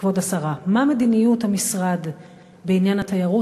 כבוד השרה: מה מדיניות המשרד בעניין התיירות